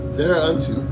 Thereunto